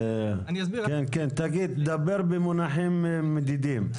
דבר במונחים מדידים.